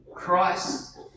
Christ